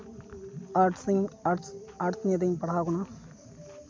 arts ᱨᱤᱧ arts arts ᱤᱭᱟᱹ ᱨᱤᱧ ᱯᱟᱲᱦᱟᱣ ᱠᱟᱱᱟ